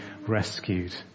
rescued